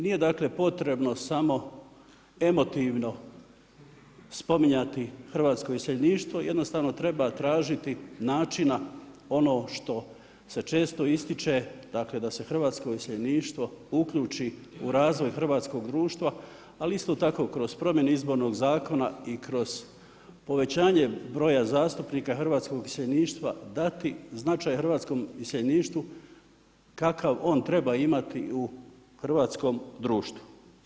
Nije potrebno samo emotivno spominjati hrvatsko iseljeništvo, jednostavno treba tražiti načina ono što se često ističe, dakle da se hrvatsko iseljeništvo uključi u razvoj hrvatskog društva, ali isto tako kroz promjene izbornog zakona i kroz povećanje broja zastupnika hrvatskog iseljeništva dati hrvatskom iseljeništvu kakav on treba imati u hrvatskom društvu.